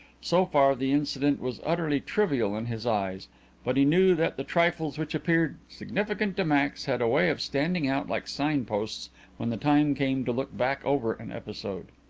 so far the incident was utterly trivial in his eyes but he knew that the trifles which appeared significant to max had a way of standing out like signposts when the time came to look back over an episode.